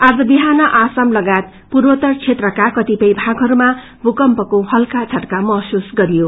आज बिहान आसाम लगायत पूर्वोतर क्षेत्रका कपिय भागहरूमा भूकम्पको हल्का झटका महसूस गरियो